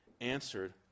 answered